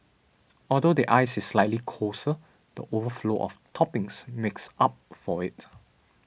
although the ice is slightly coarser the overflow of toppings makes up for it